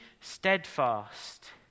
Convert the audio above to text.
steadfast